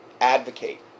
advocate